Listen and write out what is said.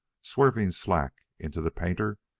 swerving slack into the painter,